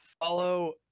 follow